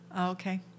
Okay